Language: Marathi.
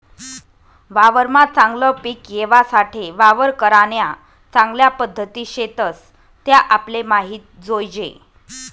वावरमा चागलं पिक येवासाठे वावर करान्या चांगल्या पध्दती शेतस त्या आपले माहित जोयजे